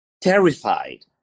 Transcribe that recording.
terrified